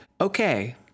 okay